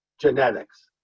genetics